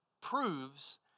proves